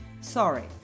sorry